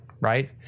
right